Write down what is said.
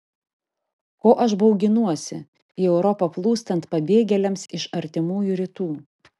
ko aš bauginuosi į europą plūstant pabėgėliams iš artimųjų rytų